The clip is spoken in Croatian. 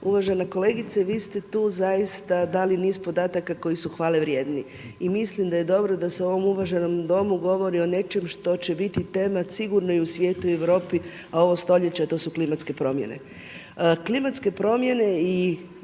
uvažena kolegice. Vi ste tu zaista dali niz podataka koji su hvale vrijedni i mislim da je dobro da se u ovom uvaženom Domu govori o nečem što će biti tema sigurno i u svijetu i u Europi, a ovog stoljeća to su klimatske promjene. Klimatske promjene i